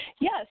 Yes